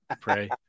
pray